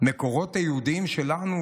המקורות היהודיים שלנו,